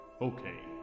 Okay